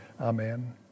Amen